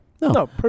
no